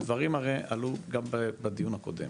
הדברים, הרי, עלו גם בדיון הקודם.